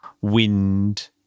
wind